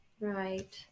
Right